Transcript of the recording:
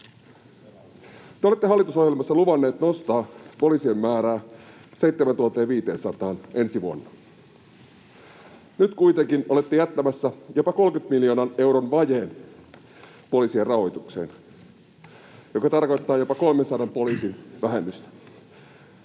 Te olette hallitusohjelmassa luvanneet nostaa poliisien määrää 7 500:aan ensi vuonna. Nyt kuitenkin olette jättämässä jopa 30 miljoonan euron vajeen poliisien rahoitukseen, ja se tarkoittaa jopa 300 poliisin vähennystä.